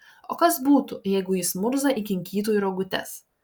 o kas būtų jeigu jis murzą įkinkytų į rogutes